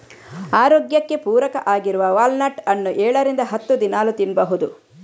ಆರೋಗ್ಯಕ್ಕೆ ಪೂರಕ ಆಗಿರುವ ವಾಲ್ನಟ್ ಅನ್ನು ಏಳರಿಂದ ಹತ್ತು ದಿನಾಲೂ ತಿನ್ಬಹುದು